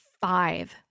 five